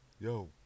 yo